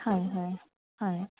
হয় হয় হয়